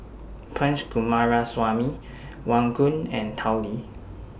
Punch Coomaraswamy Wong Koon and Tao Li